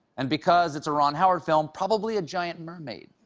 an because it's a ron howard film, probably a giant mermaid.